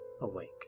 awake